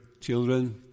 children